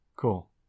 Cool